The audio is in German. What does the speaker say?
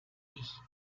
ich